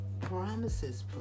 promises